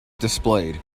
displayed